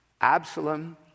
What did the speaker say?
Absalom